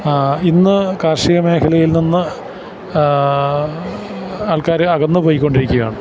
ആ ഇന്നു കാർഷിക മേഖലയിൽ നിന്ന് ആൾക്കാര് അകന്നു പോയിക്കൊണ്ടിരിക്കുകയാണ്